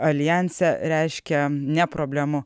aljanse reiškia ne problemų